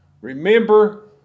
Remember